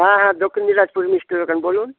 হ্যাঁ হ্যা দক্ষিণ দিনাজপুর মিষ্টির দোকান বলুন